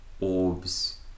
orbs